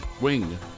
Wing